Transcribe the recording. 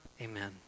amen